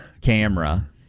camera